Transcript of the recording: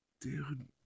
dude